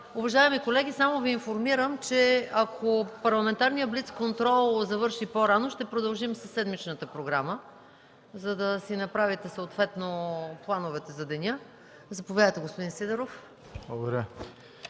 Уважаеми колеги, само Ви информирам, че ако парламентарният блицконтрол завърши по-рано, ще продължим със седмичната програма, за да си направите съответно плановете за деня. Заповядайте, господин Сидеров.